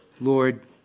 Lord